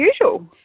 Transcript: usual